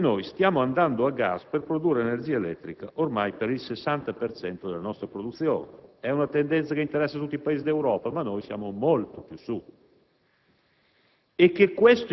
derivano dal fatto che stiamo andando a gas per produrre energia elettrica ormai per il 60 per cento della nostra produzione. È una tendenza che interessa tutti i Paesi d'Europa, ma noi siamo molto più su.